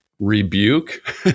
rebuke